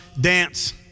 Dance